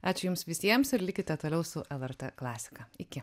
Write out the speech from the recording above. ačiū jums visiems ir likite toliau su lrt klasika iki